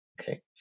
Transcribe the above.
okay